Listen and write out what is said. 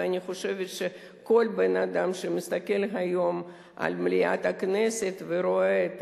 ואני חושבת שכל בן-אדם שמסתכל היום על מליאת הכנסת ורואה את